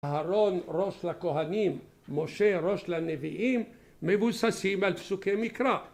‫אהרון ראש לכהנים, ‫משה ראש לנביאים, ‫מבוססים על פסוקי מקרא.